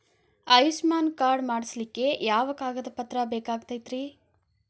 Ayushman card ಮಾಡ್ಸ್ಲಿಕ್ಕೆ ಯಾವ ಯಾವ ಕಾಗದ ಪತ್ರ ಬೇಕಾಗತೈತ್ರಿ?